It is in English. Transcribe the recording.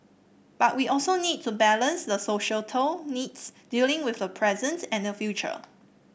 but we also need to balance the societal needs dealing with the present and the future